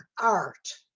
art